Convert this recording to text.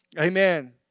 Amen